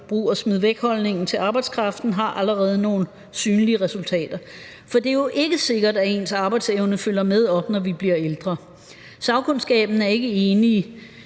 brug og smid væk-holdning til arbejdskraften har allerede nogle synlige resultater. For det er jo ikke sikkert, at ens arbejdsevne følger med op, når man bliver ældre. Sagkundskaben er ikke enig.